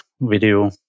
video